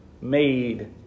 made